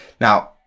Now